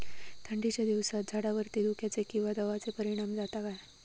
थंडीच्या दिवसानी झाडावरती धुक्याचे किंवा दवाचो परिणाम जाता काय?